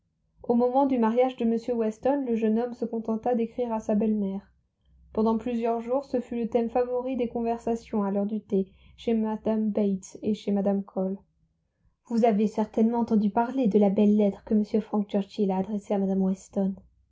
au moment du mariage de m weston le jeune homme se contenta d'écrire à sa belle-mère pendant plusieurs jours ce fut le thème favori des conversations à l'heure du thé chez mme bates et chez mme cole vous avez certainement entendu parler de la belle lettre que m frank churchill a adressée à mme weston